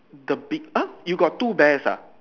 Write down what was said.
the big ah you got two bears ah